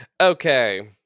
Okay